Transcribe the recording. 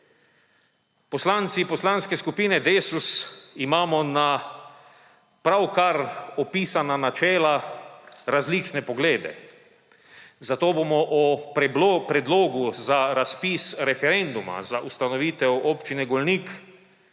Poslanci poslanske skupine Desus imamo na pravkar opisana načela različne poglede, zato bomo o predlogu za razpis referenduma za ustanovitev Občine Golnik